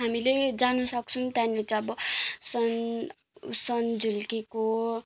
हामीले जानु सक्छौँ त्यहाँनिर चाहिँ अब सन सन झुल्केको